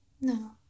No